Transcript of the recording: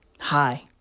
Hi